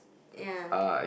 ya